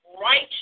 right